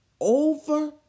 over